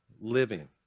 living